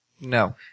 No